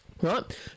Right